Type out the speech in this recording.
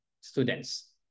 students